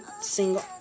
single